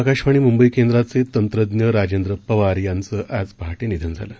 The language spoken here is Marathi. आकाशवाणी मुंबई केंद्राचे तंत्रज्ञ रांजेद्र पवार यांचं आज पहाटे निधन झाले